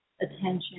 attention